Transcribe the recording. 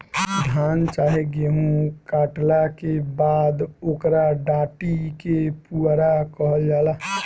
धान चाहे गेहू काटला के बाद ओकरा डाटी के पुआरा कहल जाला